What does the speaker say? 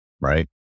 right